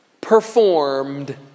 performed